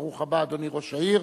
ברוך הבא, אדוני ראש העיר,